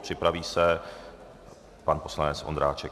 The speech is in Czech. Připraví se pan poslanec Ondráček.